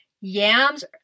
Yams